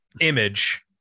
image